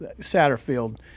Satterfield